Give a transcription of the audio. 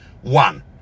one